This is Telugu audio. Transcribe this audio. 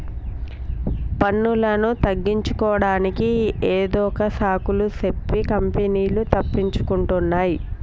పన్నులను తగ్గించుకోడానికి ఏదొక సాకులు సెప్పి కంపెనీలు తప్పించుకుంటున్నాయ్